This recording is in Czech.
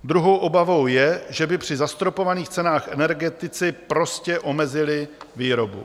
Druhou obavou je, že by při zastropovaných cenách energetici prostě omezili výrobu.